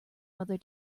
mother